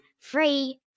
Free